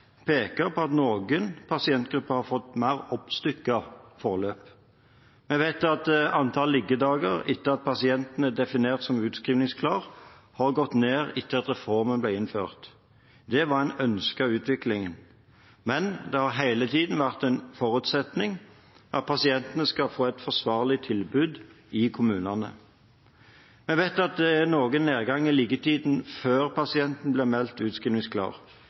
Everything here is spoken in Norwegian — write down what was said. peker på at noen pasientgrupper har fått et mer oppstykket forløp. Vi vet at antall liggedager etter at pasienten er definert som utskrivningsklar, har gått ned etter at reformen ble innført. Det var en ønsket utvikling, men det har hele tiden vært en forutsetning at pasientene skal få et forsvarlig tilbud i kommunene. Vi vet at det er noe nedgang i liggetiden før pasienten blir meldt